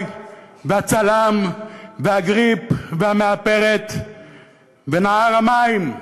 והצלם וה"גריפ" והמאפרת ונער המים.